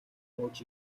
бууж